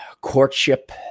courtship